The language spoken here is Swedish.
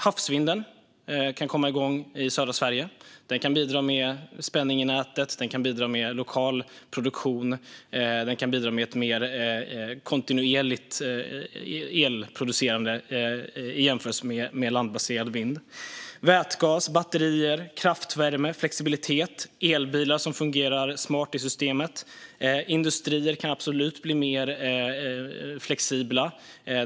Havsvinden kan komma igång i södra Sverige och kan bidra med spänning i nätet, lokal produktion och ett mer kontinuerligt elproducerande i jämförelse med landbaserad vind. Det handlar om vätgas, batterier, kraftvärme, flexibilitet och elbilar som fungerar smart i systemet. Industrier kan absolut bli mer flexibla.